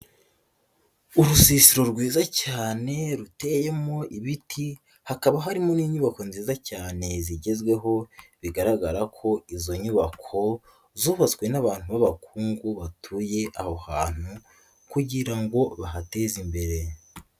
Urusisiro rwiza cyane ruteyemo ibiti hakaba harimo n'inyubako nziza cyane zigezweho, bigaragara ko izo nyubako zubatswe n'abantu b'abakungu batuye aho hantu kugira ngo bahateze imbere.